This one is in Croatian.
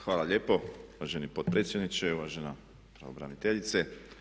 Hvala lijepo uvaženi potpredsjedniče i uvažena pravobraniteljice.